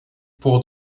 pour